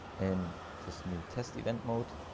and this new test event mode.